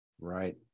Right